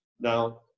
Now